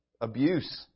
abuse